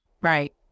Right